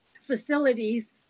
facilities